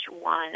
one